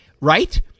right